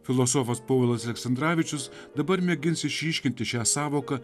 filosofas povilas aleksandravičius dabar mėgins išryškinti šią sąvoką